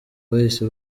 bahise